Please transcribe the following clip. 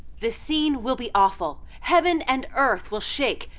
the scene will be awful. heaven and earth will shake,